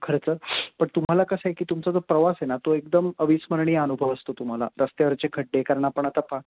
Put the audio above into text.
खर्च पण तुम्हाला कसं आहे की तुमचा जो प्रवास आहे ना तो एकदम अविस्मरणीय अनुभव असतो तुम्हाला रस्त्यावरचे खड्डे कारण पण आता पा